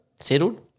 settled